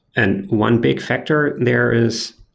and one big factor there is